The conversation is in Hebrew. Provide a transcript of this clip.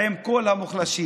עם כל המוחלשים.